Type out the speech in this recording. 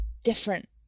Different